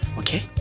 okay